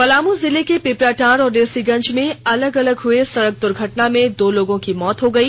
पलामू जिले के पीपड़ाटांड और लेस्लीगंज में अलग अलग हुए सड़क दुर्घटना में दो लोगों की मौत हो गई